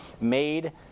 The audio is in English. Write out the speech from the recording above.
made